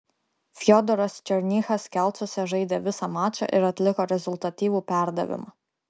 fiodoras černychas kelcuose žaidė visą mačą ir atliko rezultatyvų perdavimą